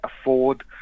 afford